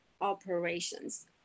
operations